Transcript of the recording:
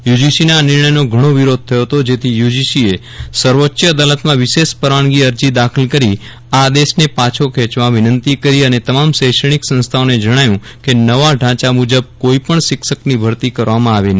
યુજીસીના આ નિર્ણયનો ઘણો વિરોધ થયો હતો જેથી યુજીસીએ સર્વોચ્ચ અદાલતમાં વિશેષ પરવાનગી અરજી દાખલ કરી આ આદેશને પાછો ખેંચવા વિનંતી કરી અને તમામ શૈક્ષણિક સંસ્થાઓને જણાવ્યું કે નવા ઢાંચા મુજબ કોઈ પણ શિક્ષકની ભરતી કરવામાં આવે નહીં